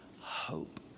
Hope